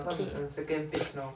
okay